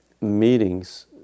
meetings